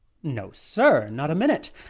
no, sir not a minute.